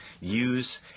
use